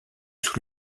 sous